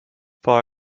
for